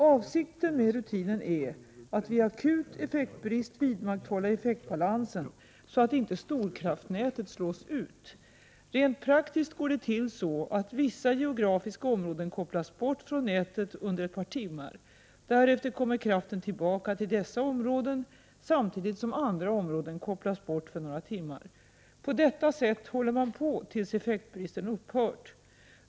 Avsikten med rutinen är att vid akut effektbrist vidmakthålla effektbalansen, så att inte storkraftnätet slås ut. Rent praktiskt går det till så att vissa geografiska områden kopplas bort från nätet under ett par timmar. Därefter kommer kraften tillbaka till dessa områden, samtidigt som andra områden kopplas bort för några timmar. På Prot. 1988/89:122 detta sätt håller man på tills effektbristen upphört.